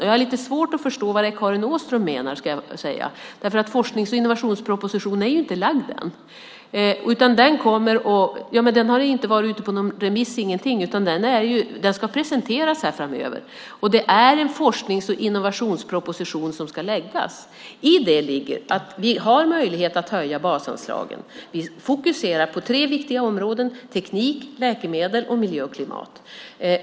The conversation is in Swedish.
Jag har svårt att förstå vad det är Karin Åström menar. Forsknings och innovationspropositionen har inte lagts fram ännu. Den har inte varit ute på remiss utan ska presenteras framöver. Det ska läggas fram en forsknings och innovationsproposition. Det innebär att vi har möjlighet att höja basanslagen. Vi fokuserar på tre viktiga områden, teknik, läkemedel och miljö och klimat.